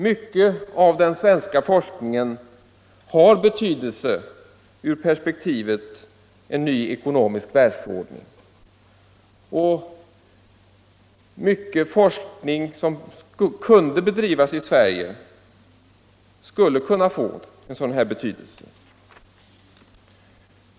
Mycket av den svenska forskningen har betydelse ur perspektivet en ny ekonomisk världsordning, och mycken forskning som kunde bedrivas i Sverige skulle kunna få sådan betydelse.